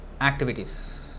activities